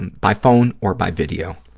and by phone or by video.